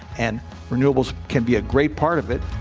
and renewables can be a great part of it,